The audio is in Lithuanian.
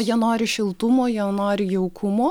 jie nori šiltumo jie nori jaukumo